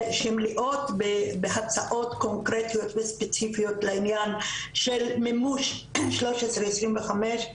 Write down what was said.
שמלאים בהצעות קונקרטיות וספציפיות לעניין מימוש 1325,